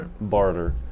barter